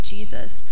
Jesus